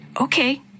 Okay